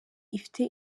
ifite